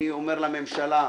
אני אומר לממשלה,